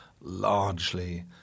largely